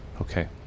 Okay